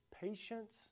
patience